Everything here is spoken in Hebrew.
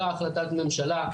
הגשנו הצעת חוק,